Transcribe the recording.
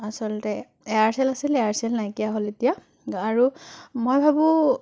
আচলতে এয়াৰচেল আছিলে এয়াৰচেল নাইকিয়া হ'ল এতিয়া আৰু মই ভাবোঁ